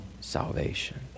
salvation